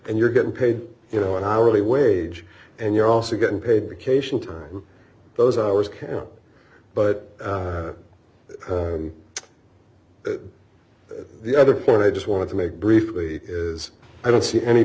and you're getting paid you know an hourly wage and you're also getting paid vacation time those hours camp but the other point i just wanted to make briefly is i don't see any